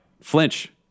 Flinch